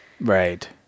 Right